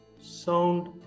sound